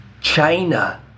China